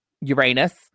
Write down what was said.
Uranus